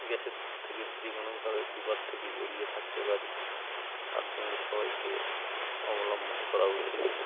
গ্যাসের থেকে যে কোনোভাবে বিপদ থেকে এড়িয়ে থাকতে পারি তার জন্যে সবাইকে অবলম্বন করা উচিত